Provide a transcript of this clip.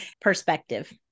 perspective